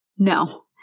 No